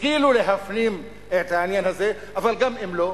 ישכילו להפנים את העניין הזה, אבל גם אם לא,